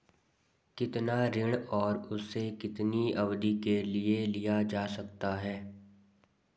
कितना ऋण और उसे कितनी अवधि के लिए लिया जा सकता है?